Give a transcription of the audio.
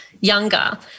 younger